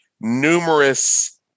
numerous